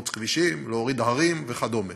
לפרוץ כבישים, להוריד הרים וכדומה.